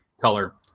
Color